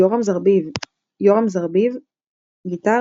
Yoram Zerbib – Guitar,